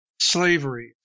slavery